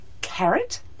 carrot